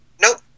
Nope